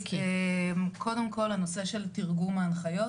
קודם כל הנושא של תרגום ההנחיות